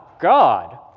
God